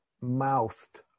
mouthed